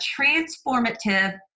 transformative